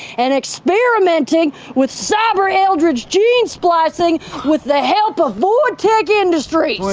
and experimenting with cyber-eldritch gene splicing with the help of void tech industries.